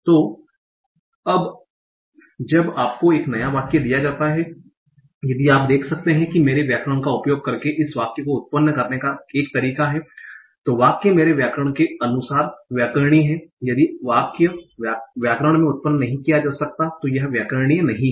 तो अब जब आपको एक नया वाक्य दिया जाता है यदि आप देख सकते हैं कि मेरे व्याकरण का उपयोग करके इस वाक्य को उत्पन्न करने का एक तरीका है तो वाक्य मेरे व्याकरण के अनुसार व्याकरणिक है यदि वाक्य व्याकरण में उत्पन्न नहीं किया जा सकता है तो यह व्याकरणिक नहीं है